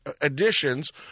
additions